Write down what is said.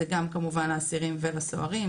זה גם לאסירים וגם לסוהרים.